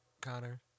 Connor